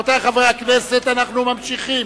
בעד, 12, נגד, 43, ואין נמנעים.